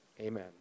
Amen